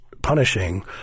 punishing